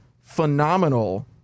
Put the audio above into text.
phenomenal